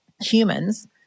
humans